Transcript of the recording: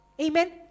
Amen